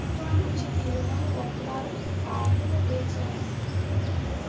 कुछ दिनमा रखबा के काहे न बेच हखिन?